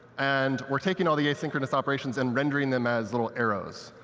and we're taking all the asynchronous operations and rendering them as little arrows.